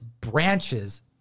branches